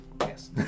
Yes